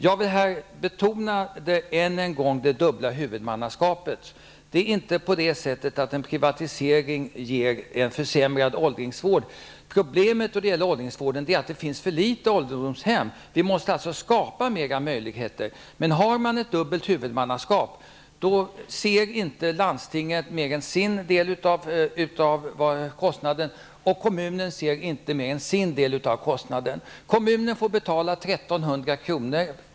Jag vill här än en gång betona effekterna av det dubbla huvudmannaskapet. En privatisering ger inte en försämrad åldringsvård. Problemet när det gäller åldringsvården är att det finns för få ålderdomshem. Det måste alltså skapas mera möjligheter. Vid ett dubbelt huvudmannaskap ser inte landstinget resp. kommunen mer än sin del av kostnaden. Kommunen får betala 1 300 kr.